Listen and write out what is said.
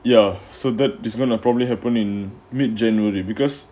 ya so that is gonna probably happened in mid january because